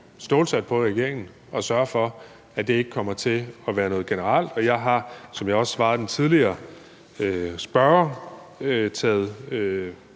stålsatte på at sørge for, at det ikke kommer til at være noget generelt. Jeg har, som jeg også svarede den tidligere spørger, taget